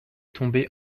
tombé